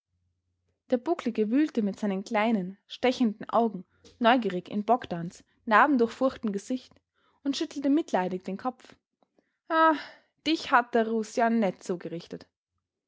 der bucklige wühlte mit seinen kleinen stechenden augen neugierig in bogdns narbendurchfurchtem gesicht und schüttelte mitleidig den kopf aa dich hat